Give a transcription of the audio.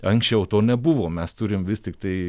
anksčiau to nebuvo mes turim vis tiktai